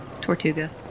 tortuga